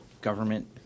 government